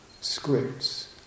scripts